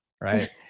Right